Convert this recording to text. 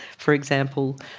for example.